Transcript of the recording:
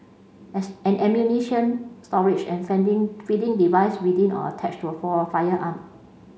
as an ammunition storage and fending feeding device within or attached to a for firearm